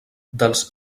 dels